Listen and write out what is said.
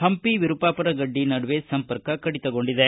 ಹಂಪಿ ವಿರುಪಾಪುರ ಗಡ್ಡಿ ನಡುವೆ ಸಂಪರ್ಕ ಕಡಿತಗೊಂಡಿದೆ